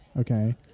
okay